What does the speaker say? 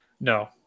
No